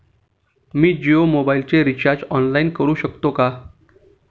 मी जियो मोबाइलचे recharge online करू शकते का?